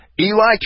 Eli